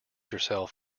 yourself